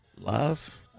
love